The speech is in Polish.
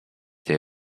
tej